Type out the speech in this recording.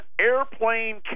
airplane